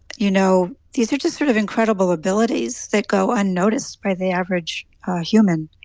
you know, these are just sort of incredible abilities that go unnoticed by the average human